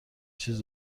چیز